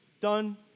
done